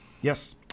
Yes